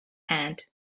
hand